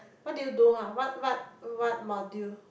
what did you do ha what what what module